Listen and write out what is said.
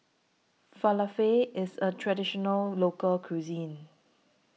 Falafel IS A Traditional Local Cuisine